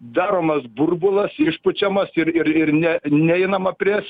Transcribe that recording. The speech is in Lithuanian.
daromas burbulas išpučiamas ir ir ne neinama prieš